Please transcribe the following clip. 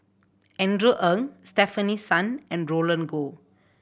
Andrew Ang Stefanie Sun and Roland Goh